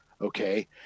okay